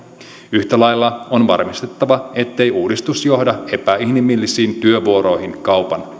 yhtä lailla on varmistettava ettei uudistus johda epäinhimillisiin työvuoroihin kaupan